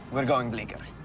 we're going bleecker.